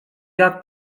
jak